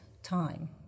time